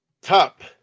top